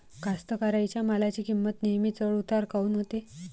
कास्तकाराइच्या मालाची किंमत नेहमी चढ उतार काऊन होते?